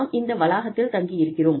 நாம் இந்த வளாகத்தில் தங்கியிருக்கிறோம்